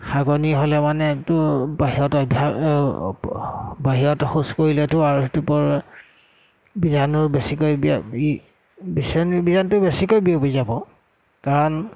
হাগনি হ'লে মানে এইটো বাহিৰত অভ্যাস বাহিৰত শৌচ কৰিলেতো আৰু সেইটো বৰ বীজাণু বেছিকৈ বীজাণুটো বেছিকৈ বিয়বি যাব কাৰণ